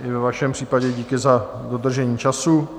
I ve vašem případě díky za dodržení času.